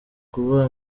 kuba